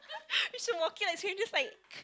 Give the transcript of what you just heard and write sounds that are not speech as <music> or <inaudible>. <laughs> we should walk here like strangers like